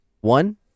One